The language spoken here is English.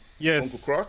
Yes